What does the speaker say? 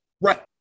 Right